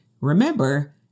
remember-